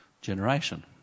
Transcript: generation